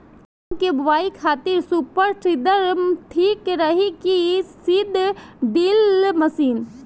गेहूँ की बोआई खातिर सुपर सीडर ठीक रही की सीड ड्रिल मशीन?